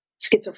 schizophrenia